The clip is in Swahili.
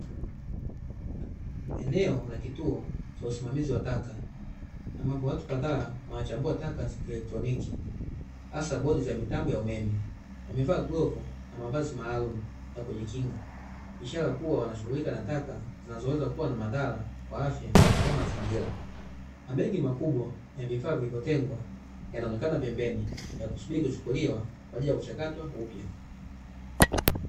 Eneo la kituo cha usimamizi wa taka na mambo watu kadhaa wanachambua taka sekretarieti hasa bodi za mitambo ya umeme wamevaa nguo na mavazi maalum ya kujikinga ni ishara kuwa wanashughulika nataka zinazoweza kuwa na madhara kwa afya au mazingira mabegi makubwa ya vifaa vilivyotengwa yanaonekana pembeni ya kusubiri kuchukuliwa kwa ajili ya kuchakatwa upya.